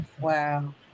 Wow